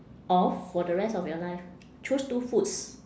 of for the rest of your life choose two foods